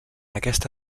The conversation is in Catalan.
aquesta